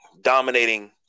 dominating